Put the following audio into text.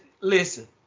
listen